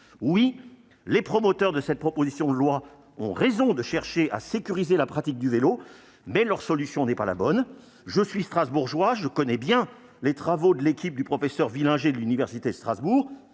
Oui, les promoteurs de la présente proposition de loi ont raison de chercher à sécuriser la pratique du vélo, mais la solution qu'ils proposent n'est pas la bonne. Je suis strasbourgeois et je connais les travaux de l'équipe du professeur Willinger de l'université de Strasbourg.